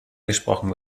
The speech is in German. gesprochen